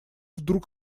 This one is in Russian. вдруг